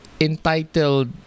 entitled